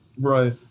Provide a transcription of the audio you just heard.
Right